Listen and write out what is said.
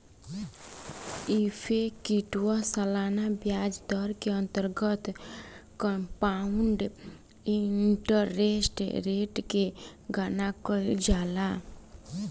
effective सालाना ब्याज दर के अंतर्गत कंपाउंड इंटरेस्ट रेट के गणना कईल जाला